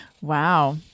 Wow